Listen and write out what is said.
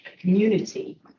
community